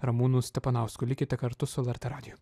ramūnu stepanausku likite kartu su lrt radiju